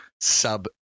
sub